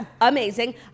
amazing